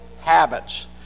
habits